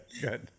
Good